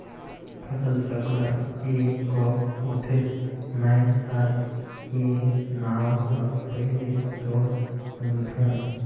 फसल चक्र ए क होथे? मै हर ए नांव ल पहिले तोर सुनथों